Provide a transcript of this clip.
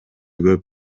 көп